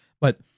But-